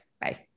Bye